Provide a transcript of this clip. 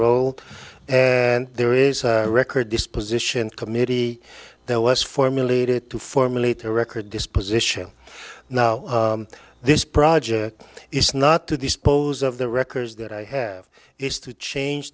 rather old and there is a record this position committee there was formulated to formulate a record this position now this project is not to dispose of the records that i have is to change